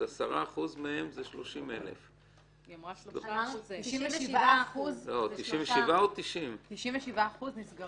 אז 10% מהם זה 30,000. היא אמרה 3%. 97%. 97% או 90%?